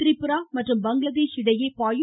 திரிபுரா மற்றும் பங்களாதேஷ் இடையே பாயும்